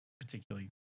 particularly